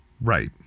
Right